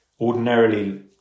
ordinarily